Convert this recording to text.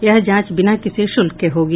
यह जांच बिना किसी शुल्क के होगी